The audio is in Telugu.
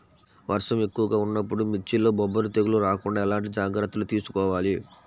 వర్షం ఎక్కువగా ఉన్నప్పుడు మిర్చిలో బొబ్బర తెగులు రాకుండా ఎలాంటి జాగ్రత్తలు తీసుకోవాలి?